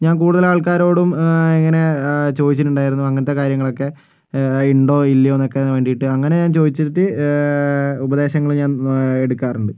ഞാൻ കൂടുതൽ ആൾക്കാരോടും ഇങ്ങനെ ചോദിച്ചിട്ടുണ്ടായിരുന്നു അങ്ങനത്തെ കാര്യങ്ങളൊക്കെ ഉണ്ടോ ഇല്ലയൊന്നൊക്കെ വേണ്ടിയിട്ട് അങ്ങനെ ഞാൻ ചോദിച്ചിട്ട് ഉപദേശങ്ങള് ഞാൻ എടുക്കാറുണ്ട്